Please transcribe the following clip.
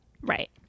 Right